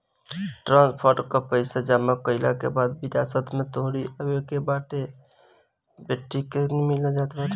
trust fund कअ पईसा जमा कईला के बाद विरासत में तोहरी आवेवाला बेटा बेटी के मिलत बाटे